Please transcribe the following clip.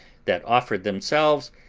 that offered themselves,